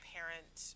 parent